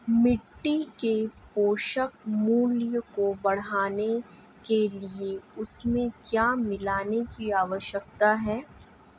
मिट्टी के पोषक मूल्य को बढ़ाने के लिए उसमें क्या मिलाने की आवश्यकता है?